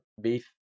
beef